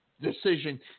decision